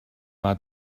mae